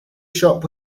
shop